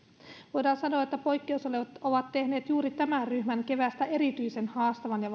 voidaan sanoa että poikkeusolot ovat tehneet juuri tämän ryhmän keväästä erityisen haastavan ja